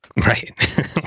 right